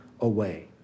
away